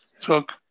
took